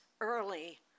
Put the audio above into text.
early